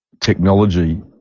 technology